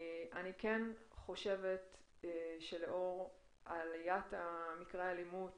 אני כן חושבת שלאור עליית מקרי אלימות